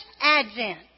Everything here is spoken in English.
advent